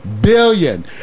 billion